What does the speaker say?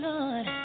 Lord